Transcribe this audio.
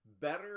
better